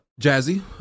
jazzy